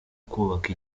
kubaka